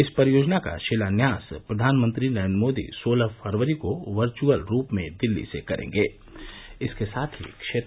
इस परियोजना का शिलान्यास प्रधानमंत्री नरेन्द्र मोदी सोलह फरवरी को वर्यअल रूप में दिल्ली से करेंगे